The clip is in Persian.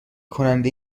کنده